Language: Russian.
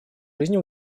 жизни